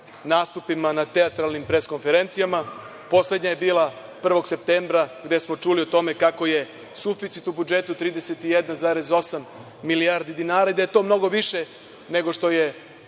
nastupima na teatralnim pres-konferencijama. Poslednja je bila 1. septembra, gde smo čuli o tome kako je suficit u budžetu 31,8 milijardi dinara i da je to mnogo više nego što je